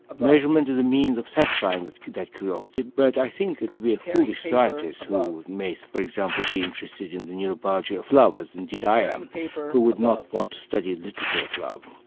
measurement is a means of satisfying that that curiosity, but i think it would be a foolish scientist who may, for example, be interested in the neurobiology of love as indeed i am who would not want to study literature of love.